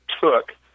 took